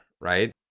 right